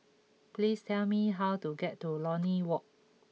please tell me how to get to Lornie Walk